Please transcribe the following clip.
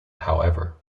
however